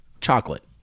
chocolate